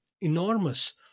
enormous